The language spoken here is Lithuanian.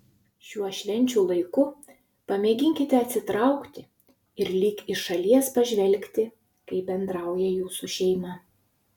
šiuo švenčių laiku pamėginkite atsitraukti ir lyg iš šalies pažvelgti kaip bendrauja jūsų šeima